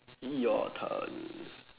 your turn